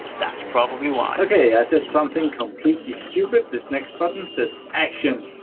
that's probably why. okay, i said something completely stupid. this next button says actions.